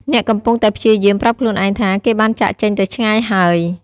អ្នកកំពុងតែព្យាយាម ប្រាប់ខ្លួនឯងថា គេបានចាកចេញទៅឆ្ងាយហើយ។